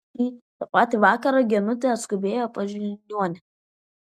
tą patį vakarą genutė atskubėjo pas žiniuonį